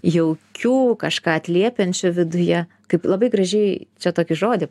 jaukių kažką atliepiančių viduje kaip labai gražiai čia tokį žodį